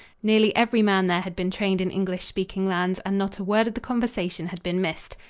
nearly every man there had been trained in english-speaking lands and not a word of the conversation had been missed.